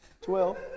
Twelve